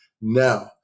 now